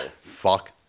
Fuck